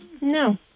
No